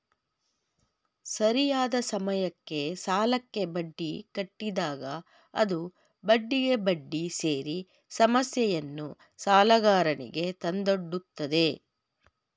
ಸರಿಯಾದ ಸಮಯಕ್ಕೆ ಸಾಲಕ್ಕೆ ಬಡ್ಡಿ ಕಟ್ಟಿದಾಗ ಅದು ಬಡ್ಡಿಗೆ ಬಡ್ಡಿ ಸೇರಿ ಸಮಸ್ಯೆಯನ್ನು ಸಾಲಗಾರನಿಗೆ ತಂದೊಡ್ಡುತ್ತದೆ